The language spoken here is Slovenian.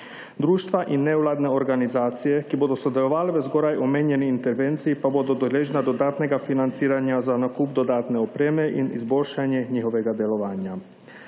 Društva in nevladne organizacije, ki bodo sodelovale v zgoraj omenjeni intervenciji pa bodo deležna dodatnega financiranja za nakup dodatne opreme in izboljšanje njihovega delovanja.